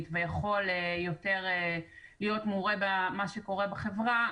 ויכול יותר להיות מעורה במה שקורה בחברה,